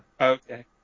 Okay